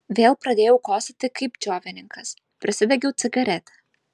vėl pradėjau kosėti kaip džiovininkas prisidegiau cigaretę